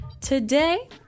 Today